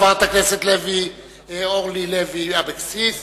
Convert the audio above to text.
חברת הכנסת אורלי לוי אבקסיס,